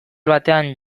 batean